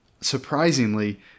surprisingly